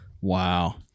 Wow